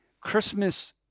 Christmas